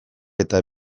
eta